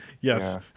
Yes